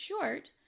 short